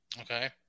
Okay